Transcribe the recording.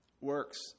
works